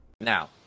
Now